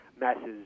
masses